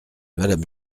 madame